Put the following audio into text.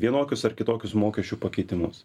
vienokius ar kitokius mokesčių pakeitimus